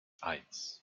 eins